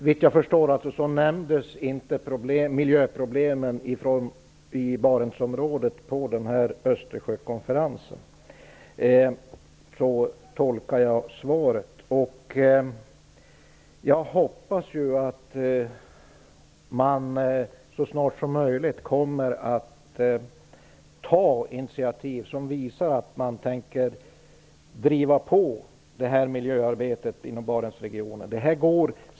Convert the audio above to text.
Fru talman! Såvitt jag förstår nämndes inte miljöproblemen i Barentsområdet på Östersjökonferensen. Så tolkar jag svaret. Men jag hoppas att man så snart som möjligt kommer att ta initiativ som visar att man tänker driva på miljöarbetet inom Barentsregionen.